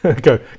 go